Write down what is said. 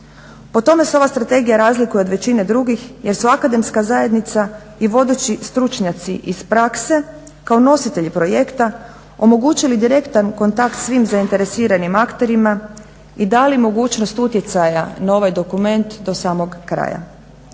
Po tome se ova strategija razlikuje od većine drugih jer su akademska zajednica i vodeći stručnjaci iz prakse kao nositelji projekta omogućili direktan kontakt svim zainteresiranim akterima i dali mogućnost utjecaja na ovaj dokument do samog kraja.